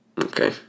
Okay